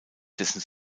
dessen